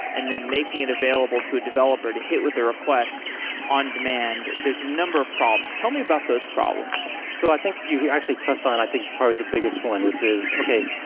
and then making it available to a developer to hit with the request on demand, there's a number of problems. tell me about those problems so i think you actually touched on i think probably the biggest one, which is okay,